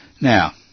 Now